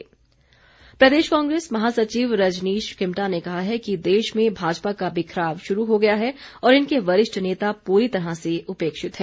कांग्रेस प्रदेश कांग्रेस महासचिव रजनीश किमटा ने कहा है कि देश में भाजपा का बिखराव शुरू हो गया है और इनके वरिष्ठ नेता पूरी तरह से उपेक्षित हैं